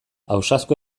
ausazko